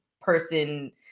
person